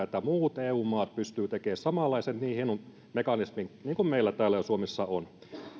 että muut eu maat pystyvät tekemään samanlaisen niin hienon mekanismin kuin meillä täällä suomessa jo on